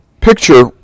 Picture